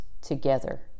together